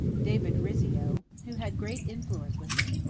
david rizzio, who had great influence with her.